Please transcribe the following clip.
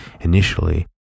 initially